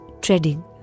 treading